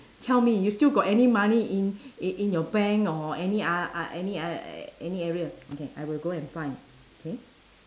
tell me you still got any money in in in your bank or any uh uh any uh any area okay I will go and find K